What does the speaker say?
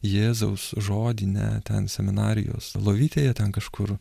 jėzaus žodį ne ten seminarijos lovytėje ten kažkur